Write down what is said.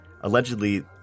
Allegedly